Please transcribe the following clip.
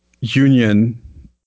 Union